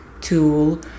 tool